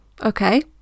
okay